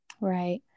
Right